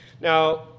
Now